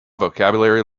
vocabulary